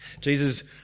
Jesus